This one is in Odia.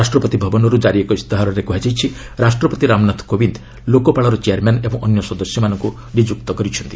ରାଷ୍ଟ୍ରପତି ଭବନରୁ କାରି ଏକ ଇସ୍ତାହାରରେ କୃହାଯାଇଛି ରାଷ୍ଟ୍ରପତି ରାମନାଥ କୋବିନ୍ଦ୍ ଲୋକପାଳର ଚେୟାର୍ମ୍ୟାନ୍ ଓ ଅନ୍ୟ ସଦସ୍ୟମାନଙ୍କୁ ନିଯୁକ୍ତ କରିଛନ୍ତି